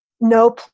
No